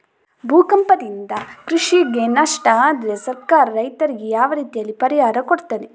ಭೂಕಂಪದಿಂದ ಕೃಷಿಗೆ ನಷ್ಟ ಆದ್ರೆ ಸರ್ಕಾರ ರೈತರಿಗೆ ಯಾವ ರೀತಿಯಲ್ಲಿ ಪರಿಹಾರ ಕೊಡ್ತದೆ?